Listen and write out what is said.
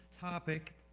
topic